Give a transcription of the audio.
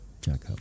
Jacob